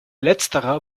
letzterer